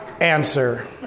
answer